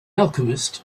alchemist